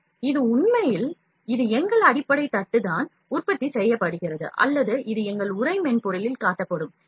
எனவே இது உண்மையில் இது எங்கள் அடிப்படை தட்டு தான் உற்பத்தி செய்யப்படுகிறது அல்லது இது எங்கள் உறை மென்பொருளில் காட்டப்படும்